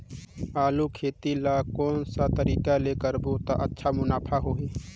आलू खेती ला कोन सा तरीका ले करबो त अच्छा मुनाफा होही?